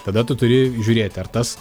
tada tu turi žiūrėti ar tas